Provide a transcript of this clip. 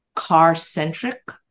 car-centric